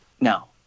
now